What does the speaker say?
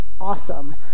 awesome